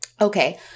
Okay